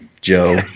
Joe